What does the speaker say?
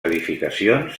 edificacions